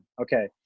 Okay